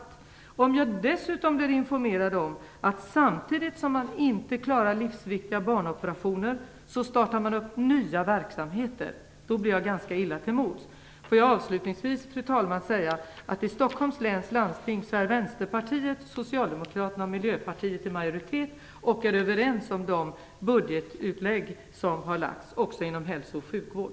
Jag blir ganska illa till mods när jag dessutom blir informerad om att samtidigt som man inte klarar livsviktiga barnoperationer startar man nya verksamheter. Fru talman! I Stockholms läns landsting är Vänsterpartiet, Socialdemokraterna och Miljöpartiet i majoritet och är överens om de förslag till budgetutlägg som har lagts fram inom hälso och sjukvård.